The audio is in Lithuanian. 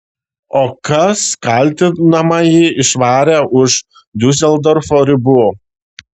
o kas kaltinamąjį išvarė už diuseldorfo ribų